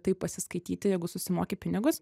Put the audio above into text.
taip pasiskaityti jeigu susimoki pinigus